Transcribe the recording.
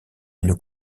une